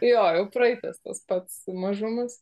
jo jau praeitas tas pats mažumas